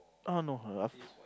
err no